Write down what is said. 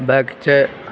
भक छै